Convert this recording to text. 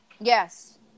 yes